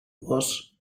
was